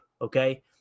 Okay